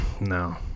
No